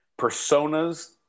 Personas